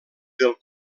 del